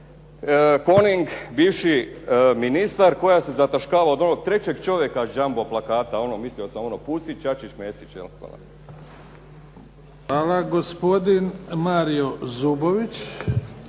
"Coning" bivši ministar koja se zataškava od onog trećeg čovjeka jumbo plakata, ono mislio sam ono Pusić-Čačić-Mesić. Hvala. **Bebić, Luka (HDZ)** Hvala. Gospodin Mario Zubović.